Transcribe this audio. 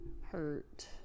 hurt